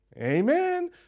Amen